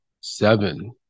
seven